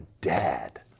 dad